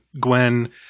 Gwen